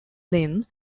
lynne